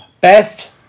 Best